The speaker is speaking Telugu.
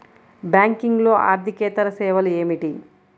బ్యాంకింగ్లో అర్దికేతర సేవలు ఏమిటీ?